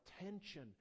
attention